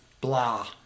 blah